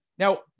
Now